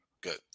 Good